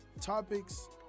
topics